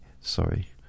sorry